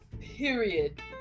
period